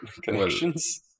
connections